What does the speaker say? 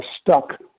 stuck